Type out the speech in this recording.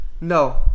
No